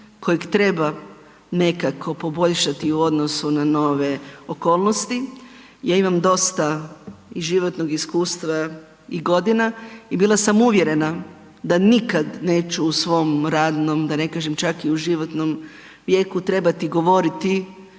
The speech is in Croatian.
kojeg treba nekako poboljšati u odnosu na nove okolnosti ja imam dosta i životnog iskustva i godina i bila sam uvjerena da nikada neću u svoj radnom da ne kažem čak i u životnom vijeku trebati govoriti